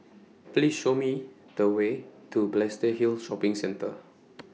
Please Show Me The Way to Balestier Hill Shopping Centre